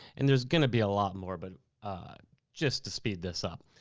and there's gonna be a lot more, but just to speed this up.